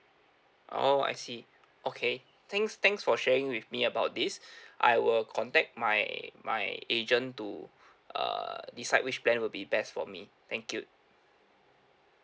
oh I see okay thanks thanks for sharing with me about this I will contact my my agent to err decide which plan will be best for me thank you